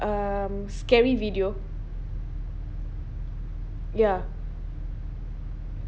um scary video ya